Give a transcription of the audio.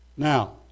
Now